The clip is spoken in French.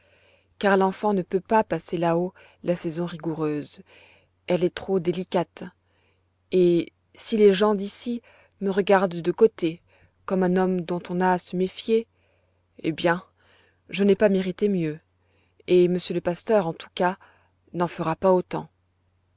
car l'enfant ne peut pas passer là-haut la saison rigoureuse elle est trop délicate et si les gens d'ici me regardent de côté comme un homme dont on a à se méfier eh bien je n'ai pas mérité mieux et monsieur le pasteur en tout cas n'en fera pas autant